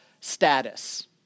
status